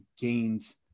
gains